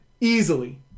easily